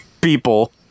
people